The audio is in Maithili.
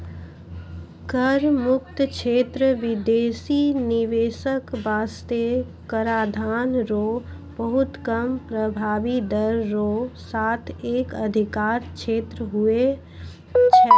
कर मुक्त क्षेत्र बिदेसी निवेशक बासतें कराधान रो बहुत कम प्रभाबी दर रो साथ एक अधिकार क्षेत्र हुवै छै